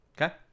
Okay